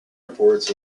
reports